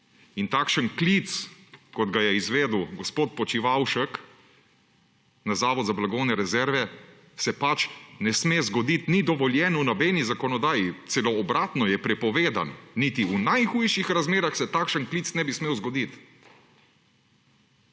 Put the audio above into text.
In takšen klic, kot ga je izvedel gospod Počivalšek na Zavod za blagovne rezerve, se pač ne sme zgoditi, ni dovoljen v nobeni zakonodaji, celo obratno, je prepovedan. Niti v najhujših razmerah se takšen klic ne bi smel zgoditi.